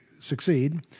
succeed